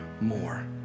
more